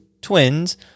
twins